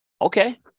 Okay